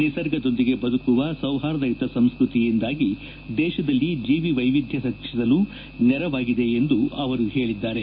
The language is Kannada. ನಿಸರ್ಗದೊಂದಿಗೆ ಬದುಕುವ ಸೌಹಾರ್ದಯುತ ಸಂಸ್ಕತಿಯಿಂದಾಗಿ ದೇಶದಲ್ಲಿ ಜೀವಿ ವೈವಿಧ್ವ ರಕ್ಷಿಸಲು ನೆರವಾಗಿದೆ ಎಂದು ಅವರು ಹೇಳದ್ದಾರೆ